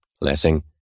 Lessing